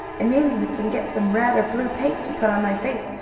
and maybe we can get some red or blue paint, to put on my face,